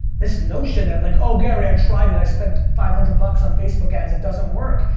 this notion that like, oh gary i tried it. i spent five hundred bucks on facebook ads. it doesn't work.